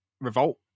revolt